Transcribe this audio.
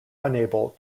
unable